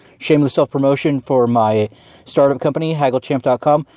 shameless self promotion for my startup company, hagglechimp ah com.